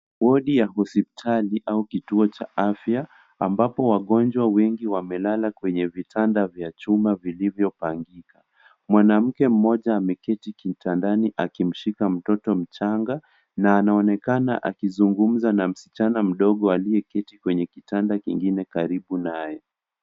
Wodi ya hospitalin au kituo cha afya ambapo wagonjwa wengi wamelala kwenye vitanda vya chuma vilivyopangika. Mwanamke mmoja ameketi kitandani akimshika mtoto mchanga na anaonekana akizungumza na msichana mdogo aliyeketi kwenye kitanda kingine karibu naye.